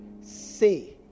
say